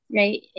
right